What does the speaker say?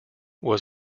was